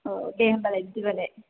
अ दे होमबालाय बिदिबालाय